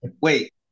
wait